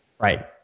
Right